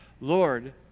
Lord